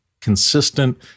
consistent